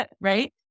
right